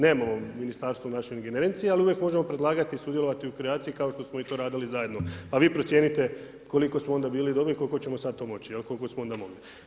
Nemamo ministarstvo u našoj ingerenciji, ali uvijek možemo predlagati, sudjelovati u kreaciji, kao što smo i to radili zajedno, a vi procijenite koliko smo onda bili dobri, koliko ćemo sad to moći, koliko smo onda mogli.